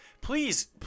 please